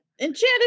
enchanted